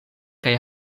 kaj